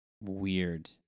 weird